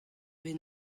vez